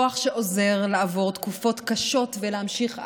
כוח שעוזר לעבור תקופות קשות ולהמשיך הלאה,